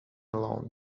alone